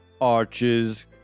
Arches